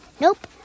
Nope